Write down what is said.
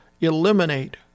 eliminate